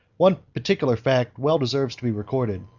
one particular fact well deserves to be recorded,